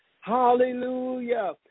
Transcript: Hallelujah